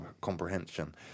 comprehension